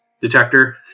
detector